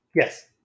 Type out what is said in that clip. Yes